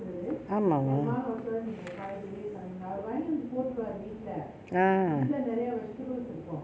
ஆமா:aama ah